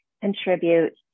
contribute